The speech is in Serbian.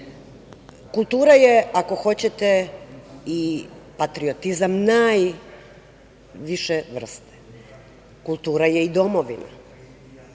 Kultura je, ako hoćete, i patriotizam najviše vrste, kultura je i domovina.